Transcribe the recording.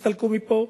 תסתלקו מפה,